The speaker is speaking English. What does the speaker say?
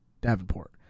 Davenport